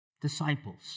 disciples